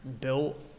built